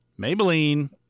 Maybelline